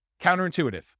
Counterintuitive